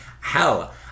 Hell